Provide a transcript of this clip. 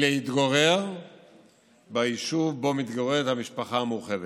היא להתגורר ביישוב שבו מתגוררת המשפחה המורחבת.